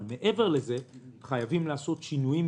אבל מעבר לזה חייבים לעשות שינויים